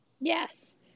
Yes